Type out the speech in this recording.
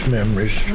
Memories